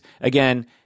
again